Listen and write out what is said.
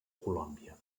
colòmbia